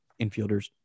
infielders